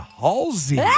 Halsey